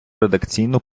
редакційну